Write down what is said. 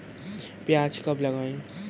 प्याज कब लगाएँ?